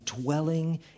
dwelling